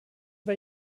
bei